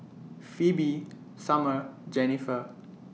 Phebe Sumner Jennifer